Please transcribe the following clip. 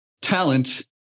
talent